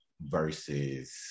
versus